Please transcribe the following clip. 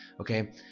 Okay